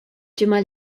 ġimgħa